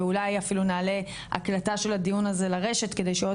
ואולי אפילו נעלה הקלטה של הדיון הזה לרשת בשביל כל